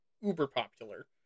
uber-popular